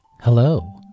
Hello